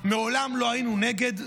מעולם לא היינו נגד,